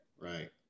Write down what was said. Right